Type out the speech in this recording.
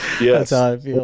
Yes